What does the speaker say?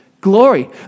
glory